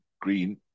green